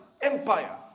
empire